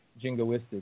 jingoistic